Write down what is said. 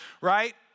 right